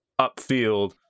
upfield